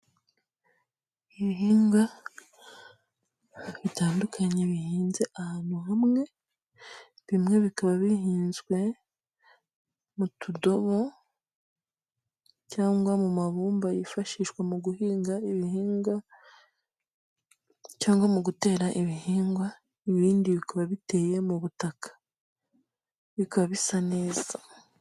Ibihingwa bitandukanye bihinze ahantu hamwe bimwe bikaba bihinzwe mu tudobo cyangwa mu mabumba yifashishwa mu guhinga ibihingwa cyangwa mu gutera ibihingwa ibindi bikaba biteye mu butaka bikaba bisa neza.